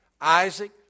Isaac